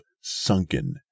sunken